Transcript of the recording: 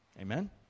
Amen